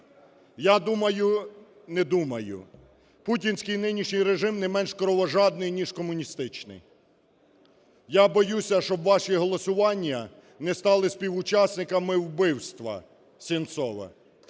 Я думаю, не думаю… путінський нинішній режим не менш кровожадний, ніж комуністичний. Я боюся, щоб ваші голосування не стали співучасниками вбивства Сенцова.